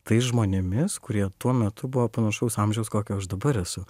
tais žmonėmis kurie tuo metu buvo panašaus amžiaus kokio aš dabar esu